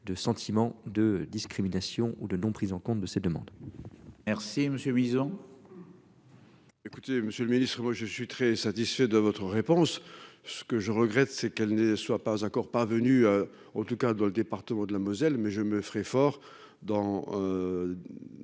de sentiment de discrimination ou de non prise en compte de ces demandes. RC monsieur Bison. Écoutez, monsieur le Ministre, moi je suis très satisfait de votre réponse. Ce que je regrette c'est qu'elle ne soit pas encore parvenu. En tout cas dans le département de la Moselle mais je me ferai fort dans.